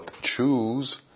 choose